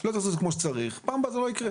לא תעשו את זה כמו שצריך בפעם הבאה זה לא יקרה.